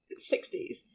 60s